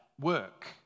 work